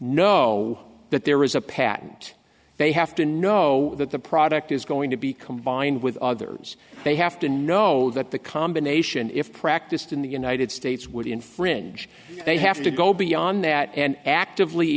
know that there is a patent they have to know that the product is going to be combined with others they have to know that the combination if practiced in the united states would infringe they have to go beyond that and actively